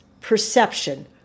perception